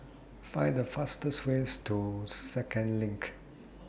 Find The fastest Way to Second LINK